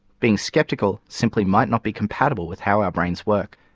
being skeptical simply might not be compatible with how our brains work.